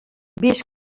vist